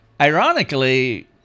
Ironically